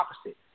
opposite